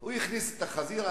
הוא הכניס את החזיר.